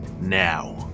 now